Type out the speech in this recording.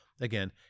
Again